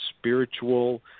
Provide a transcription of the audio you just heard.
spiritual